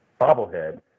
bobblehead